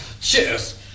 Cheers